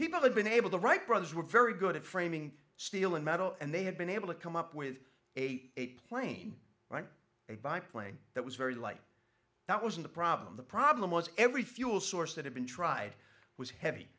people have been able to write brothers were very good at framing steel and metal and they had been able to come up with a plane like a biplane that was very light that wasn't a problem the problem was every fuel source that had been tried was heavy